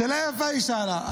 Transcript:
שאלה יפה היא שאלה.